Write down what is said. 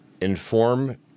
inform